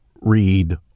read